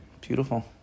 Beautiful